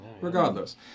Regardless